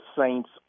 Saints